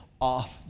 off